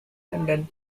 london